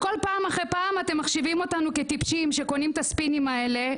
פעם אחר פעם אתם מחשיבים אותנו כטיפשים שקונים את הספינים האלה.